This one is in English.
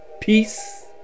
peace